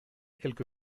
quelque